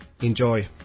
Enjoy